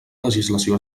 legislació